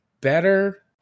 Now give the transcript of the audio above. better